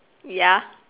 ya